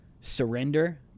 surrender